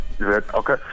Okay